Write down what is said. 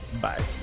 bye